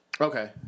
Okay